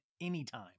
anytime